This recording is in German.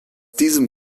diesem